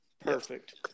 Perfect